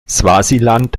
swasiland